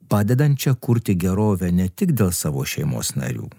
padedančią kurti gerovę ne tik dėl savo šeimos narių